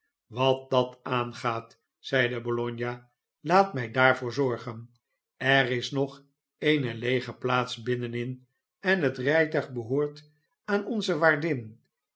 wat dat aangaat zeide bologna laat mij daarvoor zorgen er is nog eene leege plaats binnenin en het rijtuig behoort aan onze waardin